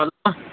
hello